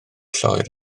lloer